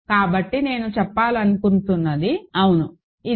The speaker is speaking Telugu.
కాబట్టి నేను చెప్పాలనుకున్నది అవును ఇది